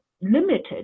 limited